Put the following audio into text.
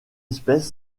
espèces